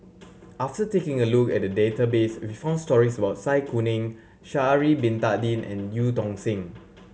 after taking a look at the database we found stories about Zai Kuning Sha'ari Bin Tadin and Eu Tong Sen